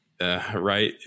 right